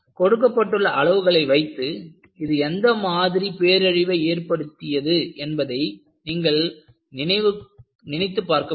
கொடுக்கப்பட்டுள்ள அளவுகளை வைத்து இது எந்த மாதிரி பேரழிவை ஏற்படுத்தியது என்பதை நீங்கள் நினைத்து பார்க்க முடியும்